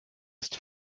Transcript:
ist